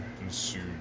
ensued